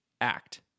Act